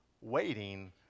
Waiting